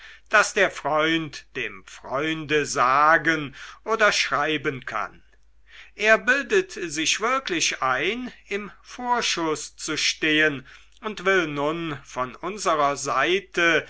das der freund dem freunde sagen oder schreiben kann er bildet sich wirklich ein im vorschuß zu stehen und will nun von unserer seite